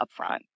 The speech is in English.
upfront